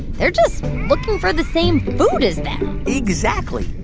they're just looking for the same food as them exactly.